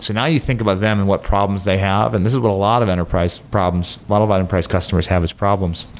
so now you think about them and what problems they have, and this is what a lot of enterprise problems a lot of enterprise customers have as problems,